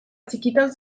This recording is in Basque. txikitan